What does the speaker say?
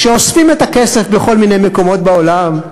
כשאוספים את הכסף בכל מיני מקומות בעולם,